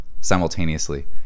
simultaneously